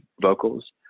vocals